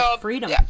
freedom